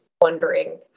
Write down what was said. wondering